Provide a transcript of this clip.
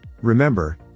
Remember